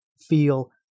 feel